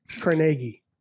Carnegie